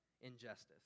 injustice